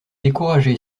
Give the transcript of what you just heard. découragé